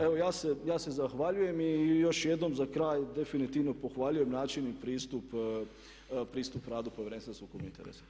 Evo ja se zahvaljujem i još jednom za kraj definitivno pohvaljujem način i pristup radu Povjerenstva za sukob interesa.